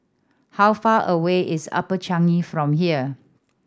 how far away is Upper Changi from here